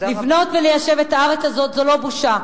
לבנות וליישב את הארץ הזאת זו לא בושה,